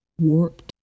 warped